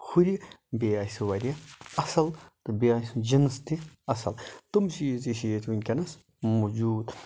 ہُرِ بیٚیہِ آسہٕ واریاہ اَصٕل تہٕ بیٚیہِ آسہِ جِنٔس تہِ اَصٕل تِم چیٖز تہِ چھِ ییٚتہِ ؤنکیٚنَس موجوٗد